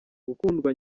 gukundwa